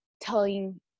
telling